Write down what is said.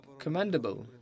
commandable